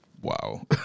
Wow